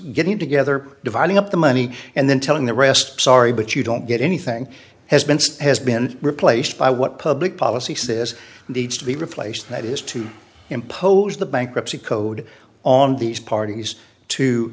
getting together dividing up the money and then telling the rest sorry but you don't get anything has been has been replaced by what public policy says this needs to be replaced that is to impose the bankruptcy code on these parties to